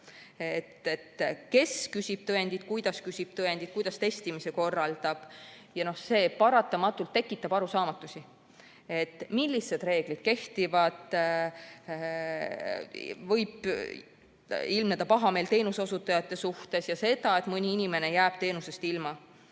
Kes küsib tõendeid? Kuidas ta küsib tõendeid ja kuidas testimise korraldab? See paratamatult tekitab arusaamatusi, millised reeglid kehtivad. Võib ilmneda pahameelt teenuseosutajate suhtes ja seda, et mõni inimene jääb teenusest ilma.